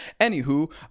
Anywho